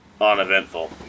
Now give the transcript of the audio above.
uneventful